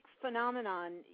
phenomenon